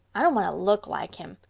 i don't want to look like him.